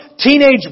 Teenage